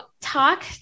talk